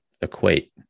equate